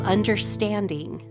Understanding